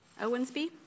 Owensby